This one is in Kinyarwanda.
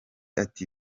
ati